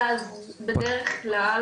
אז בדרך כלל,